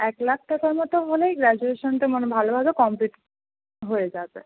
এক লাখ টাকার মতো হলেই গ্রাজুয়েশানটা মানে ভালোভাবে কমপ্লিট হয়ে যাবে